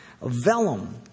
Vellum